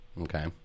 Okay